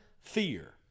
fear